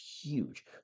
huge